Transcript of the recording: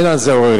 אין על זה עוררין.